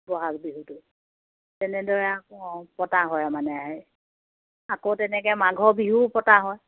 ব'হাগ বিহুটো তেনেদৰে আকৌ পতা হয় মানে আকৌ তেনেকে মাঘৰ বিহুও পতা হয়